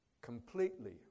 completely